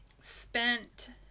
spent